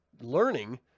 learning